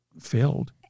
filled